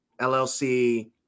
LLC